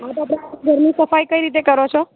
હા તો આપણાં ઘરની સફાઈ કઈ રીતે કરો છો